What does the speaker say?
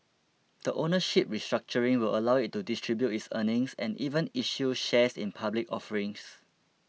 the ownership restructuring will allow it to distribute its earnings and even issue shares in public offerings